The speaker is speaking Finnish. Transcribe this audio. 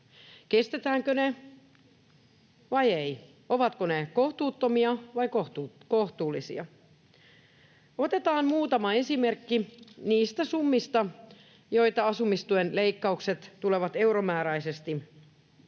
kestetäänkö ne vai ei, ovatko ne kohtuuttomia vai kohtuullisia. Otetaan muutama esimerkki niistä summista, mitä asumistuen leikkaukset euromääräisesti tulevat